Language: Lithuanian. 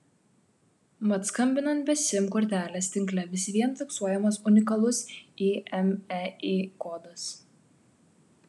mat skambinant be sim kortelės tinkle vis vien fiksuojamas unikalus imei kodas